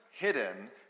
hidden